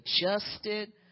adjusted